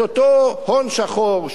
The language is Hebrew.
את אותו הון שחור,